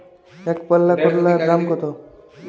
একপাল্লা করলার দাম কত?